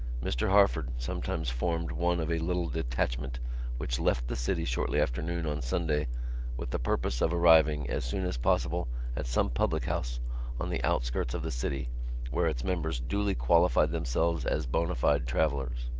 mr. harford sometimes formed one of a little detachment which left the city shortly after noon on sunday with the purpose of arriving as soon as possible at some public-house on the outskirts of the city where its members duly qualified themselves as bona fide travellers.